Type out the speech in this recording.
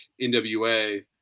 NWA